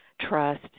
trust